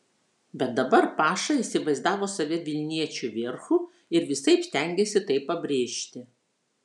bet dabar paša įsivaizdavo save vilniečių vierchu ir visaip stengėsi tai pabrėžti